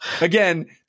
again